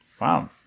Wow